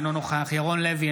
אינו נוכח ירון לוי,